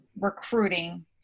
recruiting